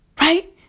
right